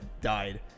died